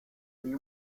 degli